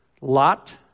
lot